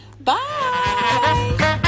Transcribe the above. Bye